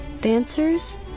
dancers